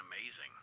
amazing